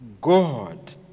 God